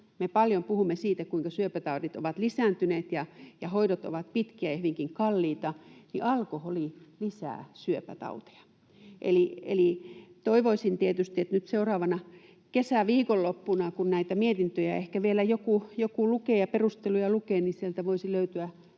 Me paljon puhumme siitä, kuinka syöpätaudit ovat lisääntyneet ja hoidot ovat pitkiä ja hyvinkin kalliita — alkoholi lisää syöpätauteja. Eli toivoisin tietysti, että nyt seuraavana kesäviikonloppuna, kun näitä mietintöjä ehkä vielä joku lukee ja perusteluja lukee, sieltä voisi löytyä sellaista